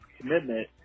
commitment